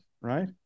right